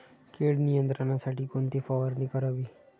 कीड नियंत्रणासाठी कोणती फवारणी करावी?